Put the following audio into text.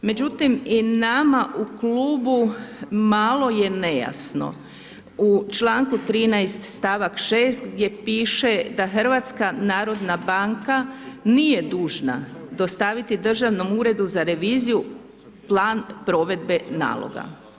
Međutim i nama u klubu malo je nejasno, u članku 13. stavak 6. gdje piše da HNB nije dužna dostaviti Državnom uredu za reviziju plan provedbe naloga.